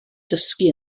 dysgu